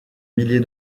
millier